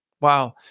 Wow